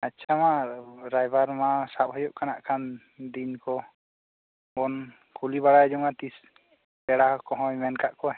ᱟᱪᱪᱷᱟ ᱢᱟ ᱨᱟᱭᱵᱟᱨ ᱢᱟ ᱥᱟᱵ ᱦᱩᱭᱩᱜ ᱠᱟᱱᱟ ᱟᱜᱠᱷᱟᱱ ᱫᱤᱱ ᱠᱚᱵᱚᱱ ᱠᱩᱞᱤ ᱵᱟᱲᱟ ᱡᱚᱝᱟ ᱛᱤᱥ ᱯᱮᱲᱟ ᱠᱚᱦᱚᱭ ᱢᱮᱱ ᱟᱠᱟᱫ ᱠᱚᱣᱟᱭ